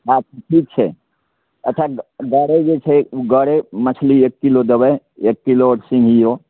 बात ठीक छै अच्छा गरै जे छै ओ गरै मछली एक किलो देबै एक किलो सिङ्गघियो